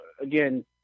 again